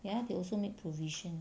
ya they also make provision